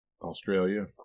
Australia